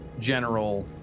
General